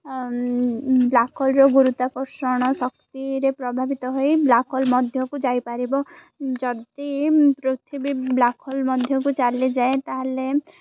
ବ୍ଲାକହୋଲର ଗୁରୁତ୍ୱାକର୍ଷଣ ଶକ୍ତିରେ ପ୍ରଭାବିତ ହୋଇ ବ୍ଲାକହୋଲ୍ ମଧ୍ୟକୁ ଯାଇପାରିବ ଯଦି ପୃଥିବୀ ବ୍ଲାକହୋଲ୍ ମଧ୍ୟକୁ ଚାଲିଯାଏ ତାହେଲେ